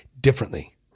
differently